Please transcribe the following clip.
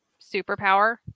superpower